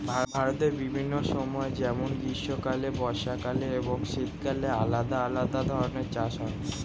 ভারতের বিভিন্ন সময় যেমন গ্রীষ্মকালে, বর্ষাকালে এবং শীতকালে আলাদা আলাদা ধরনের চাষ হয়